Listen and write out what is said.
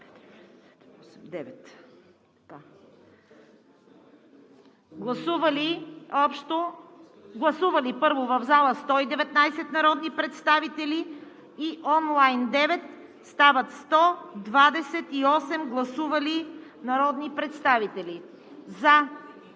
Гласували в залата 119 народни представители и онлайн 9, стават 128 гласували народни представители: за